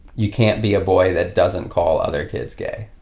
you can't be a boy that doesn't call other kids gay?